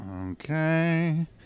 Okay